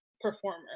performer